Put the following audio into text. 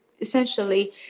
essentially